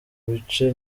bice